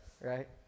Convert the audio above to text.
Right